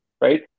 right